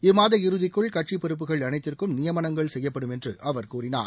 இம்மாத இறுதிக்குள் கட்சி பொறுப்புகள் அனைத்திற்கும் நியமனங்கள் செய்யப்படும் என்று அவர் கூறினார்